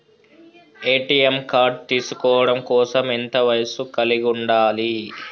ATM card తీసుకోవడం కోసం ఎంత వయస్సు కలిగి ఉండాలి?